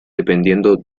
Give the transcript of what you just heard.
dependiendo